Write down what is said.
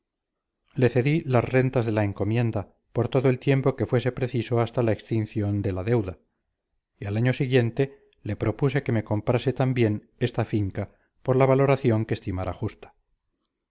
las rentas de la encomienda por todo el tiempo que fuese preciso hasta la extinción de la deuda y al año siguiente le propuse que me comprase también esta finca por la valoración que estimara justa